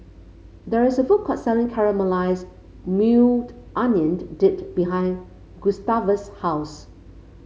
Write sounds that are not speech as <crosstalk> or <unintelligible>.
there is a food court selling Caramelized Maui <unintelligible> Onion <unintelligible> Dip behind Gustavus' house